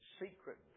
secret